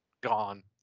gone